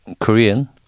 Korean